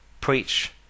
preach